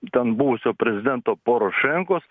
ten buvusio prezidento porošenkos